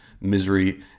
misery